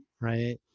right